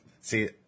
See